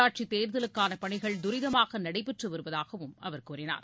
உள்ளாட்சிதேர்தலுக்கானபணிகள் தரிதமாகநடைபெற்றுவருவதாகவும் அவர் கூறினார்